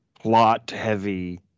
plot-heavy